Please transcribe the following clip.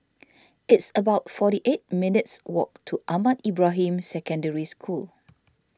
it's about forty eight minutes' walk to Ahmad Ibrahim Secondary School